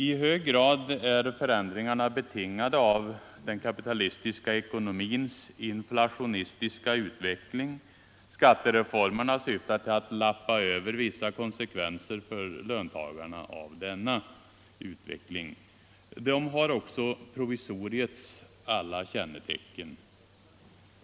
I hög grad är förändringarna betingade av den kapitalistiska ekonomins inflationistiska utveckling. Skattereformerna syftar till att lappa över vissa konsekvenser för löntagarna av denna utveckling. De har också provisoriets alla kännetecken.